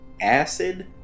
Acid